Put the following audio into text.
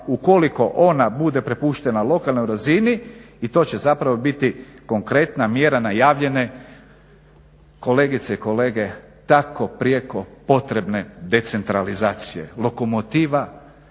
ukoliko ona bude prepuštena lokalnoj razini i to će zapravo biti konkretna mjera najavljene, kolegice i kolege, tako prijeko potrebne decentralizacije. Lokomotiva